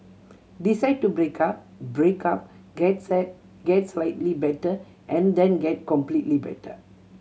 decide to break up break up get sad get slightly better and then get completely better